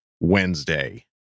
Wednesday